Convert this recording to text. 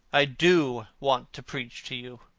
i do want to preach to you.